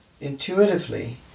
intuitively